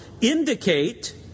indicate